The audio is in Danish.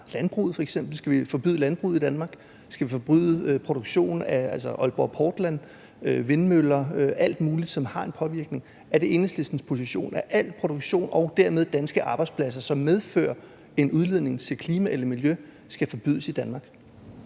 Skal vi så forbyde landbruget i Danmark, skal vi forbyde Aalborg Portland, vindmøller, alt muligt, som har en påvirkning? Er det Enhedslistens position, at al produktion og dermed danske arbejdspladser, som medfører en udledning til klima eller miljø, skal forbydes i Danmark?